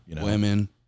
Women